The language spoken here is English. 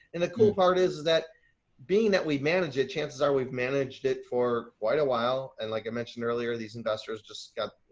and the cool part is, is that being that we manage it, chances are we've managed it for quite a while. and like i mentioned earlier, these investors just got,